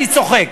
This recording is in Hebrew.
אני צוחק.